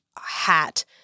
hat